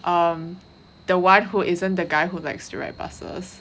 um the one who isn't the guy who likes to ride buses